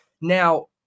Now